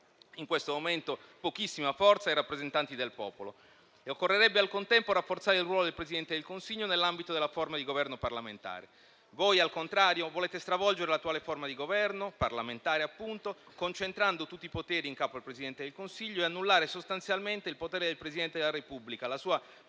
in questo momento pochissima forza - ai rappresentanti del popolo. Occorrerebbe al contempo rafforzare il ruolo del Presidente del Consiglio nell'ambito della forma di Governo parlamentare. Voi, al contrario, volete stravolgere l'attuale forma di Governo (parlamentare, appunto), concentrando tutti i poteri in capo al Presidente del Consiglio e annullare sostanzialmente il potere del Presidente della Repubblica, la sua